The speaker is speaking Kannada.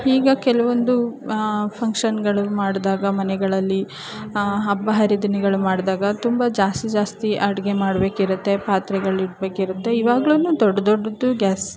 ಈಗ ಕೆಲವೊಂದು ಫಂಕ್ಷನ್ನುಗಳು ಮಾಡಿದಾಗ ಮನೆಗಳಲ್ಲಿ ಹಬ್ಬ ಹರಿದಿನಗಳು ಮಾಡಿದಾಗ ತುಂಬ ಜಾಸ್ತಿ ಜಾಸ್ತಿ ಅಡುಗೆ ಮಾಡ್ಬೇಕಿರುತ್ತೆ ಪಾತ್ರೆಗಳು ಇಡ್ಬೇಕಿರುತ್ತೆ ಇವಾಗ್ಲೂ ದೊಡ್ಡ ದೊಡ್ದ ಗ್ಯಾಸ್